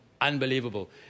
unbelievable